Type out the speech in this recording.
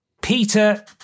Peter